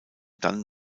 dann